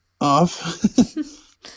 off